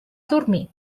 dormir